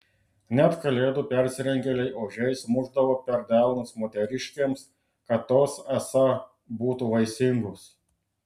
net kalėdų persirengėliai ožiais mušdavo per delnus moteriškėms kad tos esą būtų vaisingos